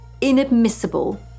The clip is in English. inadmissible